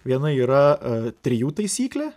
viena yra trijų taisyklė